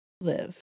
live